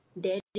dairy